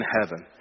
heaven